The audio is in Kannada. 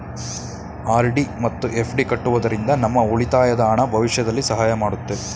ಆರ್.ಡಿ ಮತ್ತು ಎಫ್.ಡಿ ಕಟ್ಟುವುದರಿಂದ ನಮ್ಮ ಉಳಿತಾಯದ ಹಣ ಭವಿಷ್ಯದಲ್ಲಿ ಸಹಾಯ ಮಾಡುತ್ತೆ